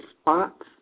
spots